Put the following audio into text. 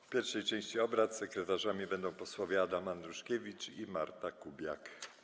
W pierwszej części obrad sekretarzami będą posłowie Adam Andruszkiewicz i Marta Kubiak.